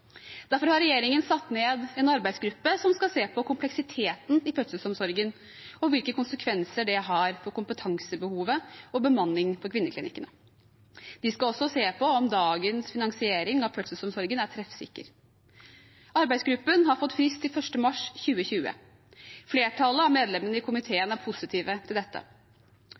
Derfor har regjeringen satt ned en arbeidsgruppe som skal se på kompleksiteten i fødselsomsorgen, og hvilke konsekvenser det har for kompetansebehovet og bemanningen på kvinneklinikkene. De skal også se på om dagens finansiering av fødselsomsorgen er treffsikker. Arbeidsgruppen har fått frist til 1. mars 2020. Flertallet av medlemmene i komiteen er positive til dette.